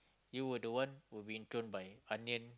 you were the one were being thrown by onion